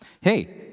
Hey